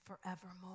forevermore